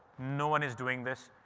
no one is doing this,